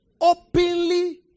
openly